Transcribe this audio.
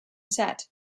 set